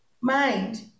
mind